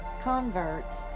converts